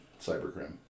Cybercrime